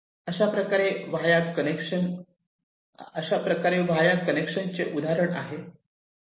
अशाप्रकारे via connection उदाहरण आहे